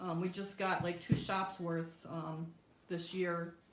um we just got like two shops worth, um this year,